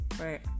Right